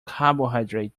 carbohydrate